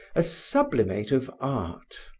a sublimate of art.